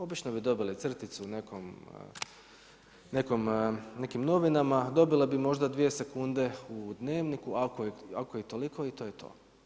Obično bi dobili crticu u nekim novinama, dobila bi možda dvije sekunde u Dnevniku ako je toliko i to je to.